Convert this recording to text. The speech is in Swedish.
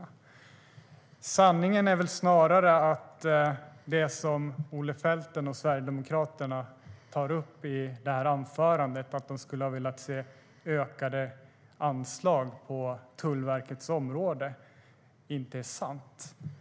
Det förhåller sig väl snarare så att det som Olle Felten och Sverigedemokraterna tar upp i anförandet, att de hade velat se ökade anslag på Tullverkets område, inte är sant.